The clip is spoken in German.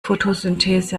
fotosynthese